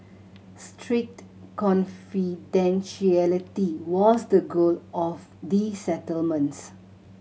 strict confidentiality was the goal of the settlements